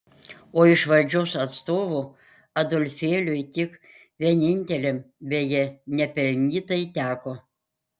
o iš valdžios atstovų adolfėliui tik vieninteliam beje nepelnytai teko